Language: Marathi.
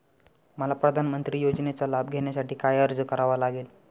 मला प्रधानमंत्री योजनेचा लाभ घेण्यासाठी काय अर्ज करावा लागेल?